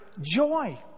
joy